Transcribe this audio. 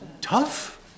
Tough